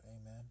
Amen